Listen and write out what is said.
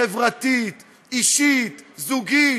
חברתית, אישית, זוגית.